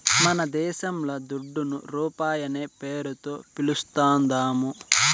మనదేశంల దుడ్డును రూపాయనే పేరుతో పిలుస్తాందారు